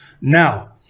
Now